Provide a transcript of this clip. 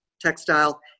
textile